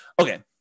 okay